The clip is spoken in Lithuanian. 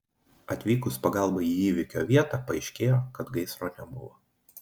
atvykus pagalbai į įvykio vietą paaiškėjo kad gaisro nebuvo